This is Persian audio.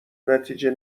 نتیجه